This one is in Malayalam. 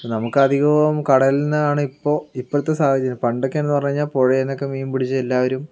ഇപ്പോൾ നമുക്ക് അധികവും കടലിൽ നിന്നാണ് ഇപ്പോൾ ഇപ്പത്തെ സാഹചര്യം പണ്ടൊക്കെയെന്ന് പറഞ്ഞ് കഴിഞ്ഞാൽ പുഴയിൽ നിന്നൊക്കെ മീൻ പിടിച്ച് എല്ലാവരും